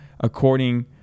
according